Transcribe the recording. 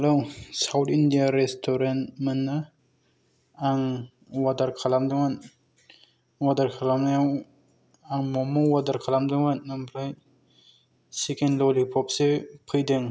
hello south India रेस्टुरेन्टमोन ना आं अर्दार खालामदोंमोन अर्दार खालामनायाव आं मम' अर्दार खालामदोंमोन ओमफ्राय चिकेन ललिप'पसो फैदों